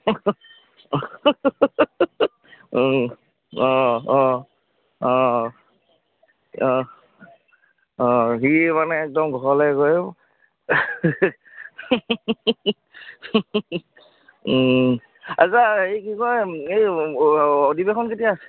অঁ অঁ অঁ অঁ অঁ সি মানে একদম ঘৰলৈ গৈ আচ্ছা হেৰি কি কয় এই অধিৱেশন কেতিয়া আছে